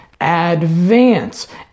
advance